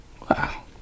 Wow